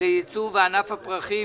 לייצוא וענף הפרחים,